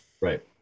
right